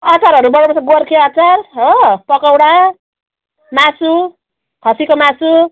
अचारहरू बनाउनु पर्छ गोर्खे अचार हो पकौडा मासु खसीको मासु